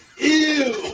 Ew